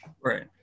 Right